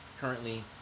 currently